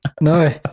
no